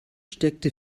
steckte